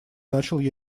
начал